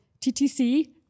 TTC